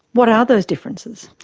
what are those differences?